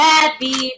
Happy